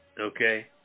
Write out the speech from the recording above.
okay